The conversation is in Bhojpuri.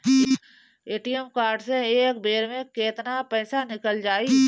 ए.टी.एम कार्ड से एक बेर मे केतना पईसा निकल जाई?